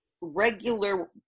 regular